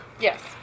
Yes